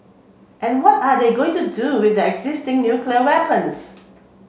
and what are they going to do with their existing nuclear weapons